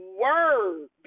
word